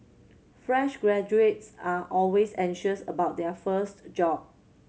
fresh graduates are always anxious about their first job